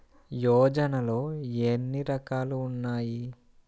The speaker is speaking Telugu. యోజనలో ఏన్ని రకాలు ఉన్నాయి?